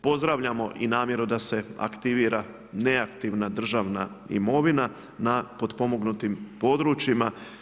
Pozdravljamo i namjeru da se aktivira neaktivna državna imovina na potpomognutim područjima.